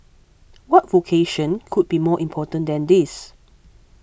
what vocation could be more important than this